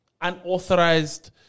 unauthorized